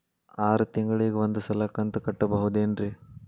ಆರ ತಿಂಗಳಿಗ ಒಂದ್ ಸಲ ಕಂತ ಕಟ್ಟಬಹುದೇನ್ರಿ?